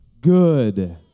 good